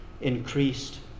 Increased